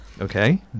Okay